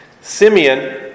Simeon